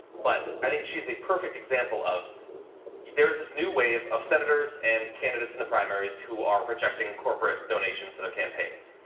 but i think she is a perfect example of there is this new wave of senators and candidates in the primaries who are rejecting corporate donations and their campaigns.